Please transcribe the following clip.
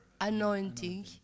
Anointing